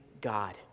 God